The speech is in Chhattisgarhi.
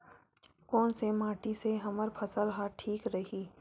कोन से माटी से हमर फसल ह ठीक रही?